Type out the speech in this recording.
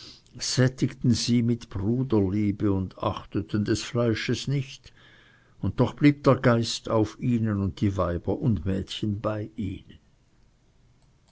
sättigten sie mit bruderliebe und achteten des fleisches nicht und doch blieb der geist auf ihnen und die weiber und mädchen bei ihnen